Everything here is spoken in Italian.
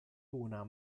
una